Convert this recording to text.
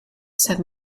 said